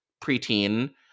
preteen